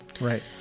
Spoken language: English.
right